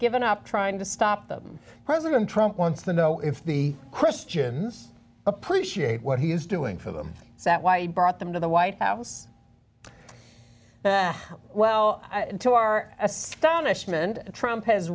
given up trying to stop them president trump wants the know if the christians appreciate what he is doing for them that why he brought them to the white house well to our astonishment trump has